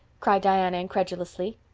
cried diana incredulously.